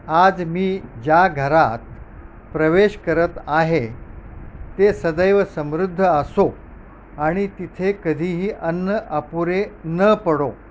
आज मी ज्या घरात प्रवेश करत आहे ते सदैव समृद्ध असो आणि तिथे कधीही अन्न अपुरे न पडो